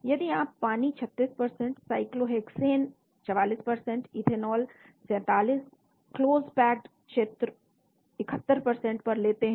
यदि आप पानी 36 साइक्लोहेक्सीन 44 इथेनॉल 47 क्लोज पैक क्षेत्रों 71 पर लेते हैं